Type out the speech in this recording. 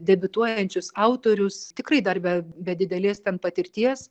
debiutuojančius autorius tikrai dar be be didelės ten patirties